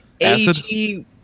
Acid